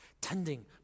tending